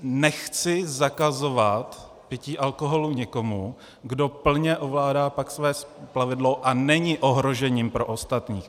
Nechci zakazovat pití alkoholu někomu, kdo pak plně ovládá své plavidlo a není ohrožením pro ostatní.